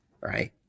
right